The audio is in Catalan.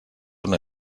una